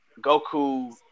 Goku